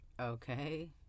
okay